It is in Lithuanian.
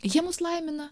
jie mus laimina